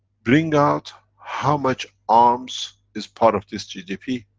bring out how much arms is part of this gdp?